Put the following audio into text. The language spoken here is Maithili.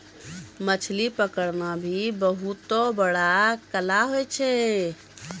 मछली पकड़ना भी बहुत बड़ो कला छै